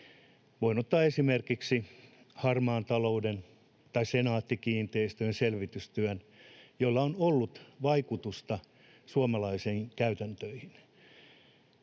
Voin ottaa esimerkiksi harmaan talouden tai Senaatti-kiinteistöjen selvitystyön, joilla on ollut vaikutusta suomalaisiin käytäntöihin.